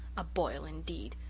a boil, indeed!